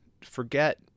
forget